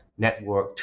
networked